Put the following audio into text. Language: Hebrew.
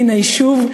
מן היישוב,